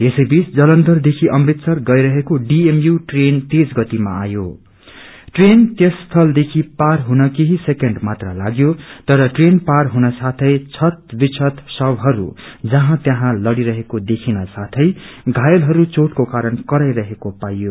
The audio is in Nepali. यसैबीच जलन्धरदेखि अमृतसर गहरहेका ड़िएमभ्जी ट्रेन तेज गतिमा आयो ट्रेन त्यस स्थलदेखि पार हुन केही सेकेण्ड मात्र लाग्यो तर ट्रेन पार हुनसाौँ क्षत विक्षत श्वहरू जहाँ त्यहाँ लड़िरहेको देखिन साथै घायलहरू चोटको कारण कराईरहेको पाइयो